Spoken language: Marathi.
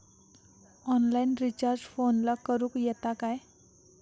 ऑनलाइन रिचार्ज फोनला करूक येता काय?